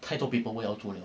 太多 paperwork 要做了